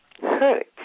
hurt